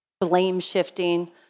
blame-shifting